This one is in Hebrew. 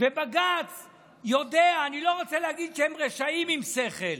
בג"ץ יודע, אני לא רוצה להגיד שהם רשעים עם שכל,